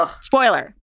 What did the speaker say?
Spoiler